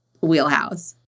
wheelhouse